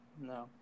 No